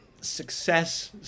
success